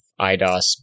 IDOS